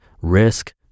risk